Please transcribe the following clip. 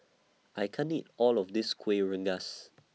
I can't eat All of This Kuih Rengas